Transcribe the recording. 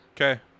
Okay